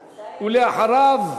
ולאחריו,